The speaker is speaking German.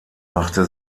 machte